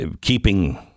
Keeping